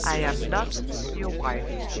i am not your wife,